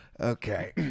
Okay